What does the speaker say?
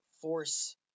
force